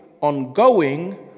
ongoing